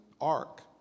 ark